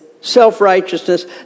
self-righteousness